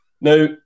Now